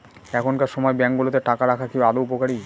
এখনকার সময় ব্যাঙ্কগুলোতে টাকা রাখা কি আদৌ উপকারী?